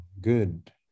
good